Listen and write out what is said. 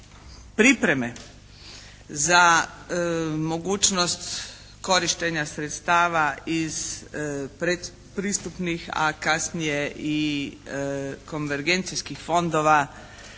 pripreme za mogućnost korištenja sredstva iz predpristupnih, a kasnije i konvergencijskih fondova